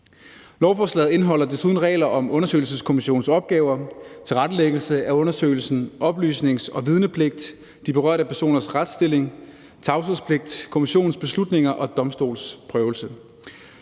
Lovforslaget indeholder desuden regler om undersøgelseskommissionens opgaver, tilrettelæggelse af undersøgelsen, oplysnings- og vidnepligt, de berørte personers retsstilling, tavshedspligt, kommissionens beslutninger og domstolsprøvelse